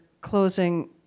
closing